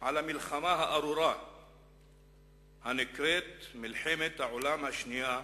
על המלחמה הארורה הנקראת מלחמת העולם השנייה,